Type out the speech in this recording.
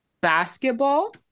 basketball